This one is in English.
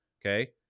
Okay